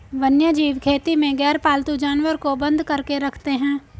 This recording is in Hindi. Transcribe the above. वन्यजीव खेती में गैरपालतू जानवर को बंद करके रखते हैं